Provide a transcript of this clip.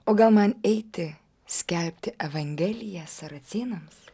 o gal man eiti skelbti evangeliją saracėnams